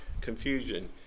confusion